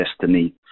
Destiny